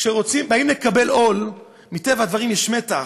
כשבאים לקבל עול, מטבע הדברים יש מתח,